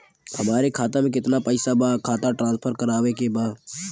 हमारे खाता में कितना पैसा बा खाता ट्रांसफर करावे के बा?